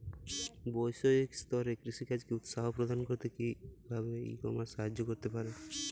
বৈষয়িক স্তরে কৃষিকাজকে উৎসাহ প্রদান করতে কিভাবে ই কমার্স সাহায্য করতে পারে?